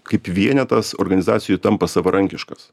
kaip vienetas organizacijoj tampa savarankiškas